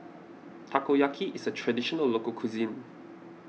Takoyaki is a Traditional Local Cuisine